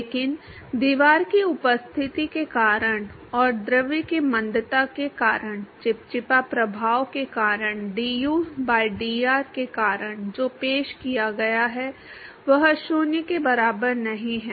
लेकिन दीवार की उपस्थिति के कारण और द्रव की मंदता के कारण चिपचिपा प्रभाव के कारण du by dr के कारण जो पेश किया गया है वह 0 के बराबर नहीं है